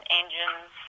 engines